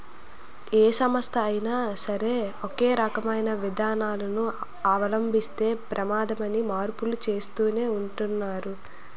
ఏ సంస్థ అయినా సరే ఒకే రకమైన విధానాలను అవలంబిస్తే ప్రమాదమని మార్పులు చేస్తూనే ఉంటున్నారు